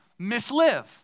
mislive